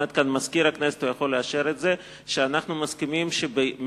עומד כאן מזכיר הכנסת והוא יכול לאשר את זה: שאנחנו מסכימים שבמסגרת